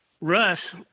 Russ